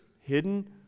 hidden